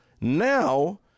now